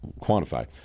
quantify